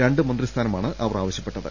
രണ്ട് മന്ത്രിസ്ഥാനമാണ് അവർ ആവശ്യപ്പെട്ടത്